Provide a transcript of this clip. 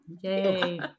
Yay